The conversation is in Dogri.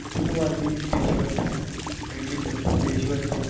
फुटबॉल बी देशभर दे क्रिकेट च देशभर दे